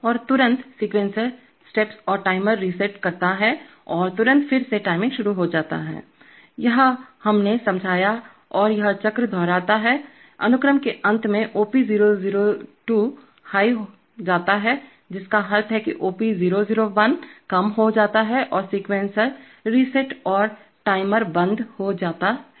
और तुरंत sequencer steps और टाइमर रिसेट्स करता हैं और तुरंत फिर से टाइमिंग शुरू हो जाती है यही हमने समझाया और यह चक्र दोहराता है अनुक्रम के अंत में OP002 हाई जाता है जिसका अर्थ है कि OP001 कम हो जाता है और सीक्वेंसर रीसेट और टाइमर बंद हो जाता है